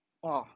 !wah!